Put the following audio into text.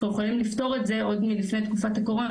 יכולנו לפתור את זה עוד מלפני תקופת הקורונה